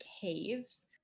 caves